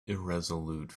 irresolute